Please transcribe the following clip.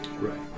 Right